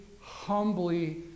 humbly